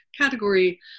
category